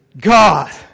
God